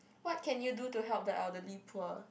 what can you do to help the elderly poor